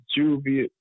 Juvie